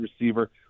receiver